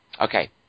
Okay